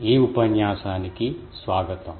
ఈ ఉపన్యాసాని కి స్వాగతం